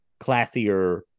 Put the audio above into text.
classier